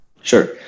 Sure